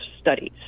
studies